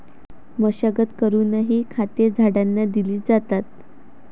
मशागत करूनही खते झाडांना दिली जातात